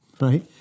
Right